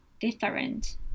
different